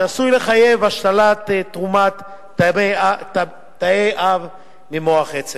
שעשויות לחייב השתלת תרומת תאי אב ממוח עצם.